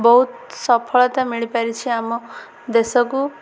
ବହୁତ ସଫଳତା ମିଳିପାରିଛି ଆମ ଦେଶକୁ